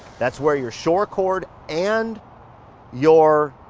that's where your short cord and your.